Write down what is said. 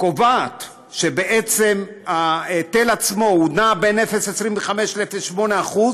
קובעת שבעצם ההיטל עצמו נע בין 0.25% ל-0.8%,